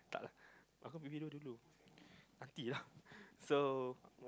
tak lah aku ambil video dulu nanti lah so